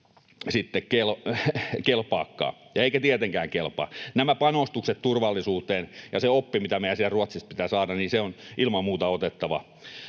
sitten kelpaakaan, eikä tietenkään kelpaa. Nämä panostukset turvallisuuteen ja se oppi, mitä meidän sieltä Ruotsista pitää saada, on ilman muuta otettava